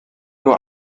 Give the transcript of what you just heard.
nur